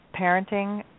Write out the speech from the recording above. parenting